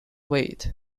wet